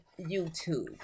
YouTube